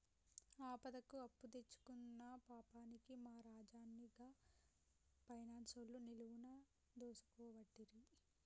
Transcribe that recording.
ఆపదకు అప్పుదెచ్చుకున్న పాపానికి మా రాజన్ని గా పైనాన్సోళ్లు నిలువున దోసుకోవట్టిరి